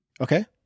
Okay